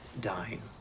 dying